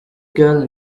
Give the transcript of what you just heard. girl